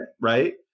right